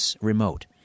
remote